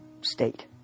state